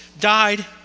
died